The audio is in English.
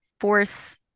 force